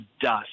dust